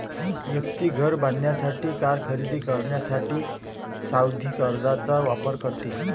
व्यक्ती घर बांधण्यासाठी, कार खरेदी करण्यासाठी सावधि कर्जचा वापर करते